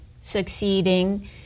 succeeding